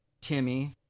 Timmy